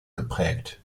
geprägt